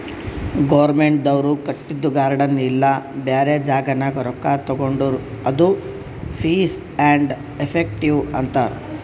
ಗೌರ್ಮೆಂಟ್ದವ್ರು ಕಟ್ಟಿದು ಗಾರ್ಡನ್ ಇಲ್ಲಾ ಬ್ಯಾರೆ ಜಾಗನಾಗ್ ರೊಕ್ಕಾ ತೊಂಡುರ್ ಅದು ಫೀಸ್ ಆ್ಯಂಡ್ ಎಫೆಕ್ಟಿವ್ ಅಂತಾರ್